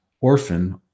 orphan